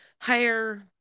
higher